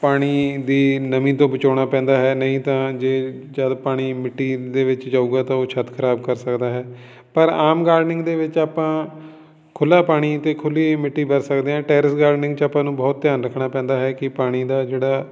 ਪਾਣੀ ਦੀ ਨਮੀ ਤੋਂ ਬਚਾਉਣਾ ਪੈਂਦਾ ਹੈ ਨਹੀਂ ਤਾਂ ਜੇ ਜਦ ਪਾਣੀ ਮਿੱਟੀ ਦੇ ਵਿੱਚ ਜਾਵੇਗਾ ਤਾਂ ਉਹ ਛੱਤ ਖਰਾਬ ਕਰ ਸਕਦਾ ਹੈ ਪਰ ਆਮ ਗਾਰਡਨਿੰਗ ਦੇ ਵਿੱਚ ਆਪਾਂ ਖੁੱਲਾ ਪਾਣੀ ਅਤੇ ਖੁੱਲੀ ਮਿੱਟੀ ਵਧ ਸਕਦੇ ਹਾਂ ਟੈਰਿਸ ਗਾਰਡਨਿੰਗ 'ਚ ਆਪਾਂ ਨੂੰ ਬਹੁਤ ਧਿਆਨ ਰੱਖਣਾ ਪੈਂਦਾ ਹੈ ਕਿ ਪਾਣੀ ਦਾ ਜਿਹੜਾ